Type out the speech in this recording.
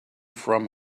from